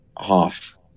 half